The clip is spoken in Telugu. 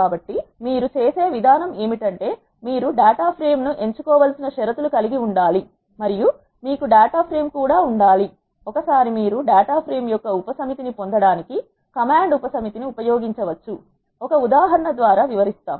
కాబట్టి మీరు చేసే విధానం ఏమిటంటే మీరు డేటా ప్రేమ్ ను ఎంచుకోవలసిన షరతు లు కలిగి ఉండాలి మరియు మీకు డేటా ఫ్రేమ్ కూడా ఉండాలి ఒకసారి మీరు డేటా ప్రేమ్ యొక్క ఉపసమితి ని పొందడానికి కమాండ్ ఉప సమితి ని ఉపయోగించవచ్చు ఒక ఉదాహరణ ద్వారా వివరిస్తాం